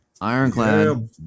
Ironclad